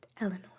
Eleanor